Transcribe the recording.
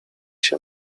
się